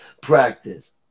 practice